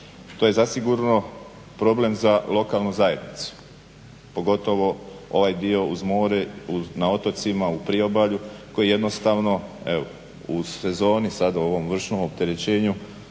To je zasigurno problem za lokalnu zajednicu, pogotovo ovaj dio uz more na otocima, u priobalju koji jednostavno evo u sezoni sad u ovom vršnom opterećenju